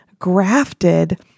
grafted